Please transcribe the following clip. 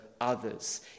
others